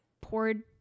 poured